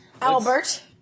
Albert